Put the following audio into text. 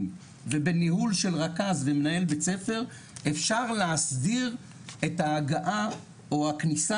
ובניהול של רכז ומנהל בית ספר אפשר להסדיר את ההגעה או הכניסה